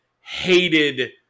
hated